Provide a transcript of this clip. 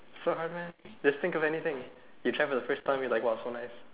so hard meh just think of anything you try for the first time you're like !wah! so nice